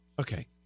Okay